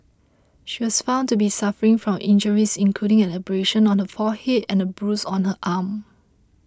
she was found to be suffering from injuries including an abrasion on her forehead and a bruise on her arm